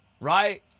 right